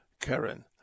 karen